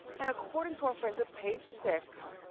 and according to our friends at page six.